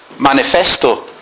Manifesto